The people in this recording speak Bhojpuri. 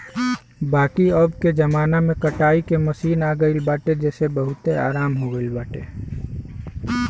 बाकी अबके जमाना में कटाई के मशीन आई गईल बाटे जेसे बहुते आराम हो गईल बाटे